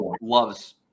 loves –